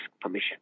permission